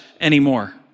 anymore